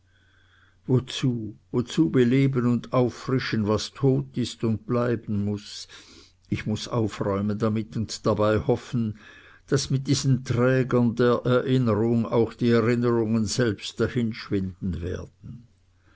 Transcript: wozu wozu beleben und auffrischen was tot ist und tot bleiben muß ich muß aufräumen damit und dabei hoffen daß mit diesen trägern der erinnerung auch die erinnerungen selbst hinschwinden werden